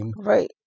Right